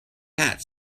hat